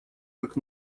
как